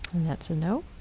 and that's a no.